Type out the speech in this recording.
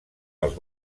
els